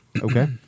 Okay